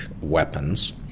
weapons